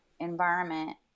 environment